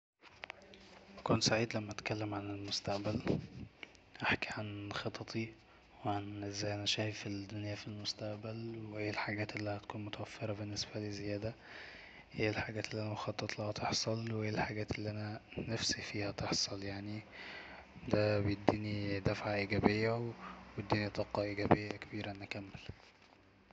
بكون سعيد لما اتكلم عن المستقبل احكي عن خططي وازاي أنا شايف الدنيا في المستقبل واي الحاجات اللي هتكون متوفرة بالنسبالي زيادة اي الحجات اللي انا بخططلها تحصل واي الحاجات اللي انا نفسي فيها تحصل يعني دا بيديني دفعة إيجابية طاقة إيجابية كبيرة اني اكمل